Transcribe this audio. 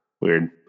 Weird